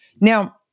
Now